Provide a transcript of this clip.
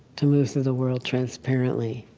to move through the world transparently.